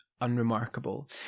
unremarkable